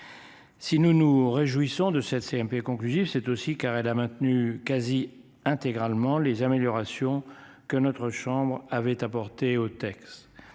Si nous nous réjouissons de cette CMP conclusive c'est aussi car elle a maintenu quasi intégralement les améliorations que notre chambre avait apporté au texte